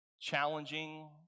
challenging